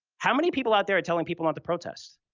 how many people out there are telling people not to protest?